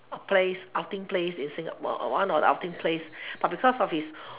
a place outing place in singap~ one of the outing place but because of his